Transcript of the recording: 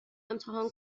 امتحان